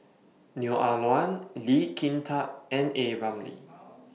Neo Ah Luan Lee Kin Tat and A Ramli